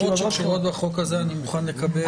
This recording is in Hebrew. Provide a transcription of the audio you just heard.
עבירות של בחירות בחוק הזה אני מוכן לקבל,